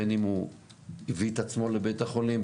בין אם הוא מביא את עצמו לבית החולים,